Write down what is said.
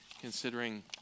considering